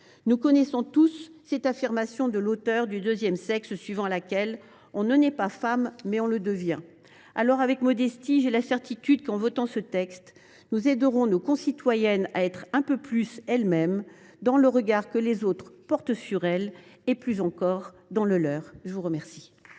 Nous connaissons tous cette affirmation de l’auteure du selon laquelle « on ne naît pas femme, on le devient ». Avec modestie, j’ai la certitude qu’en votant ce texte nous aiderons nos concitoyennes à être un peu plus elles mêmes, dans le regard que les autres portent sur elles et, plus encore, dans le leur. La parole